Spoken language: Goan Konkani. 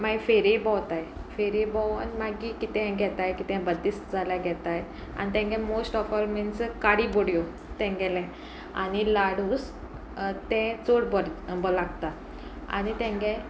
मागीर फेरे भोंवताय फेर भोंवन मागीर कितें घेताय कितें बदीस्त जाल्यार घेताय आनी तेंगे मोस्ट ऑफ ऑल मिन्स काडी बोड्यो तेंगेले आनी लाडूस तें चड बर लागता आनी तेंगे